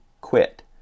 quit